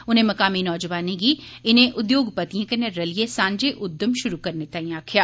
उनें मकामी नौजवानें गी इनें उद्योगपतिएं कन्नै रलियै सांझे उद्यम शुरू करने ताईं आक्खेआ